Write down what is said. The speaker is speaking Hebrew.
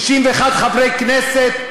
61 חברי כנסת,